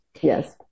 Yes